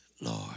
Lord